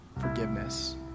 forgiveness